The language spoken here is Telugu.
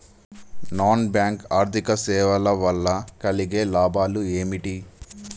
నాన్ బ్యాంక్ ఆర్థిక సేవల వల్ల కలిగే లాభాలు ఏమిటి?